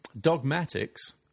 Dogmatics